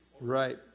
Right